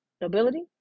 nobility